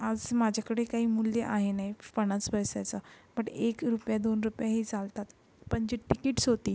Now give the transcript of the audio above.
आज माझ्याकडे काही मूल्य आहे नाही पन्नास पैशाचं बट एक रुपया दोन रुपयेही चालतात पण जे टिकीट्स होती